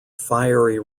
fiery